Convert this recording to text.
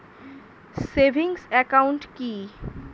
Savings account কি?